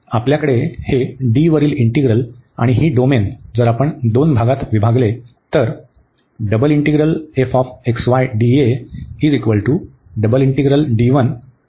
तर आपल्याकडे हे D वरील इंटीग्रल आणि ही डोमेन जर आपण दोन भागात विभागले तर